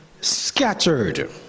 scattered